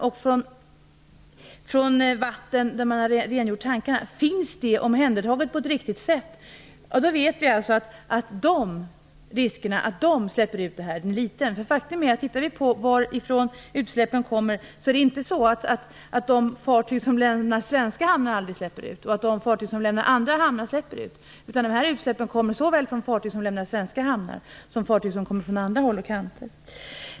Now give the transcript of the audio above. Är det vatten som man rengjort tankar med omhändertaget på ett riktigt sätt vet vi att risken för att de släpper ut olja är liten. Det är ju inte så att de fartyg som lämnar svenska hamnar aldrig släpper ut och att fartyg som lämnar andra hamnar släpper ut. De här utsläppen kommer från såväl fartyg som lämnar svenska hamnar som fartyg som kommer från andra håll.